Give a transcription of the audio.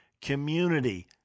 community